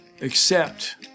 accept